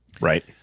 Right